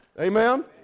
Amen